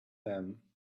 them